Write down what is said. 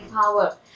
power